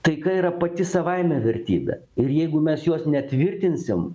taika yra pati savaime vertybė ir jeigu mes jos netvirtinsim